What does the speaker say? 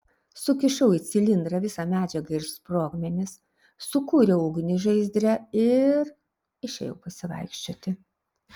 sukišau į cilindrą visą medžiagą ir sprogmenis sukūriau ugnį žaizdre ir išėjau pasivaikščioti